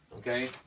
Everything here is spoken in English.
okay